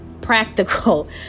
Practical